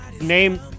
name